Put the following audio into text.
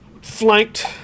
flanked